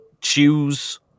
choose